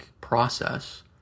process